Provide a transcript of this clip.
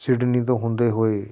Sydney ਤੋਂ ਹੁੰਦੇ ਹੋਏ